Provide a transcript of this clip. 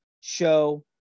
show